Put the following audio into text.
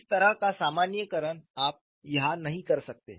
इस तरह का सामान्यीकरण आप यहां नहीं कर सकते